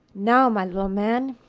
now, my little man,